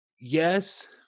yes